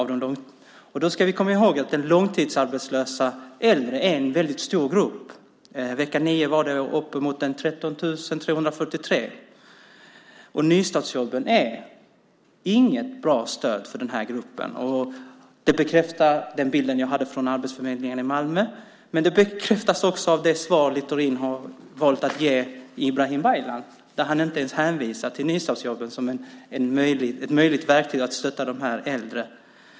Vi ska komma ihåg att långtidsarbetslösa äldre är en stor grupp. Vecka 9 var de 13 343. Nystartsjobben är inget bra stöd för den gruppen. Det bekräftas av den bild jag har från Arbetsförmedlingen i Malmö, men det bekräftas också av det svar Littorin har valt att ge Ibrahim Baylan när han inte ens hänvisar till nystartsjobben som ett möjligt verktyg för att stötta de äldre.